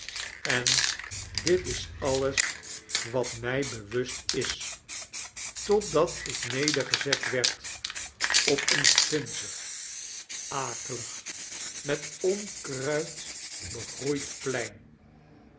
en dit is alles wat mij bewust is totdat ik nedergezet werd op een vunzig akelig met onkruid begroeid plein